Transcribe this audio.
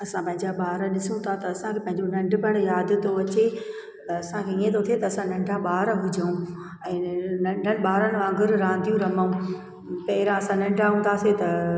असां पंहिंजा ॿार ॾिसूं था त असांखे पंहिंजो नंढपण यादि थो अचे त असांखे इह थो थिए असां नंढा ॿार हुजूं ऐं नंढनि ॿारनि वांगुरु रांदियूं रमूं पहिरां असां नंढा हूंदा हुआसीं त